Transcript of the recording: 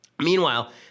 Meanwhile